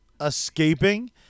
escaping